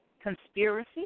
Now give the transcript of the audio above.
Conspiracy